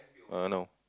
ah no